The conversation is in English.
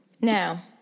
Now